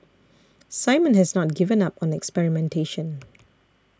Simon has not given up on experimentation